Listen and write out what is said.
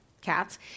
cats